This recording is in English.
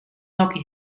hockey